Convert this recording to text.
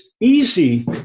easy